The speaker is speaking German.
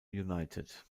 united